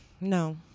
No